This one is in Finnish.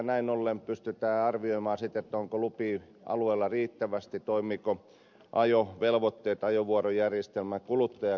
näin ollen pystytään arvioimaan sitten onko lupia alueella riittävästi toimivatko ajovelvoitteet ajovuorojärjestelmät kuluttajan kannalta riittävän hyvin